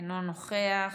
אינו נוכח.